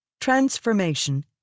transformation